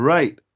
Right